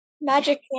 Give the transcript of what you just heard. Magic